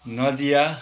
Nadia